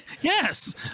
Yes